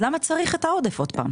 למה צריך את העודף שוב?